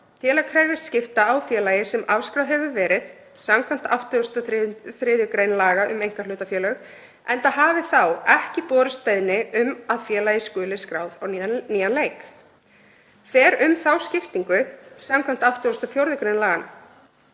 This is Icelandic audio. til að krefjast skipta á félagi sem afskráð hefur verið skv. 83. gr. laga um einkahlutafélög, enda hafi þá ekki borist beiðni um að félagið skuli skráð á nýjan leik. Fer um þá skiptingu skv. 84. gr. laganna.